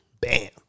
Bam